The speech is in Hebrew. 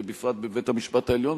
ובפרט בבית-המשפט העליון,